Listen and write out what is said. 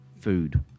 food